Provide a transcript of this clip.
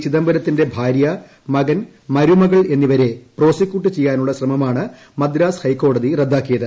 ചിദംബരത്തിന്റെ ഭാരൃ മകൻ മരുമകൾ എന്നിവരെ പ്രോസിക്യൂട്ട് ചെയ്യാനുള്ള ശ്രമമാണ് മദ്രാസ് ഹൈക്കോടതി റദ്ദാക്കിയത്